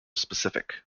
specific